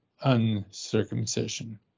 uncircumcision